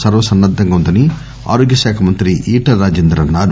సర్వసన్నంధంగా వుందని ఆరోగ్యశాఖ మంత్ర ఈటల రాజేందర్ అన్నారు